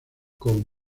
con